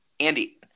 Andy